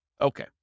Okay